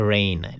Rain